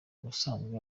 ubusanzwe